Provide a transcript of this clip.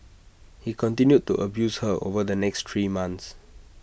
he continued to abuse her over the next three months